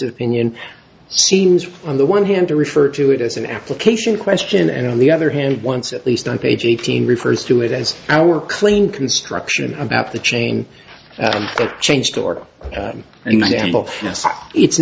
s opinion seems on the one hand to refer to it as an application question and on the other hand once at least on page eighteen refers to it as our claim construction about the chain that changed or